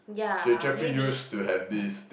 ya maybe